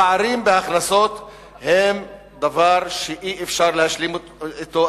הפערים בהכנסות הם דבר שאי-אפשר להשלים אתו,